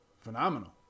phenomenal